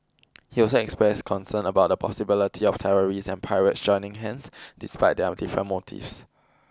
he also expressed concern about the possibility of terrorists and pirates joining hands despite their different motives